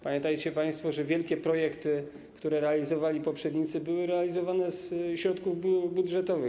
Pamiętajcie państwo, że wielkie projekty, które realizowali poprzednicy, były realizowane ze środków budżetowych.